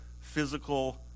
physical